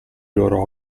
loro